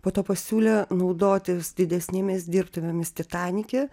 po to pasiūlė naudotis didesnėmis dirbtuvėmis titanike